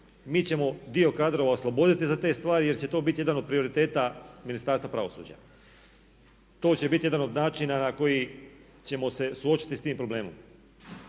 Mi ćemo dio kadrova osloboditi za te stvari jer će to biti jedan od prioriteta Ministarstva pravosuđa. To će biti jedan od načina na koji ćemo se suočiti s tim problemom.